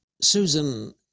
Susan